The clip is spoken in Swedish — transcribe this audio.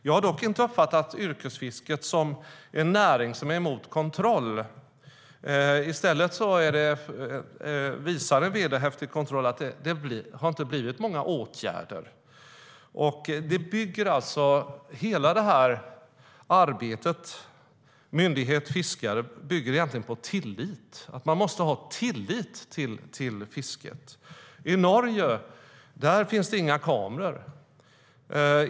Jag har dock inte uppfattat yrkesfisket som en näring som är emot kontroll. I stället visar vederhäftig kontroll att det inte har blivit många åtgärder. Hela arbetet mellan myndighet och fiskare bygger egentligen på tillit, att man måste ha tillit till fisket. I Norge finns det inga kameror.